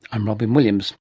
i'm robyn williams